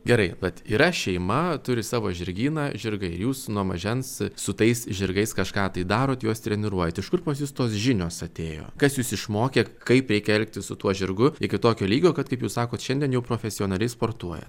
gerai vat yra šeima turi savo žirgyną žirgai ir jūs nuo mažens su tais žirgais kažką tai darot juos treniruojat iš kur pas jus tos žinios atėjo kas jus išmokė kaip reikia elgtis su tuo žirgu iki tokio lygio kad kaip jūs sakot šiandien jau profesionaliai sportuoja